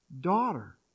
Daughter